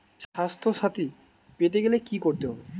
স্বাস্থসাথী পেতে গেলে কি করতে হবে?